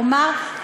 כלומר,